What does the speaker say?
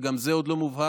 וגם זה עוד לא מובהק.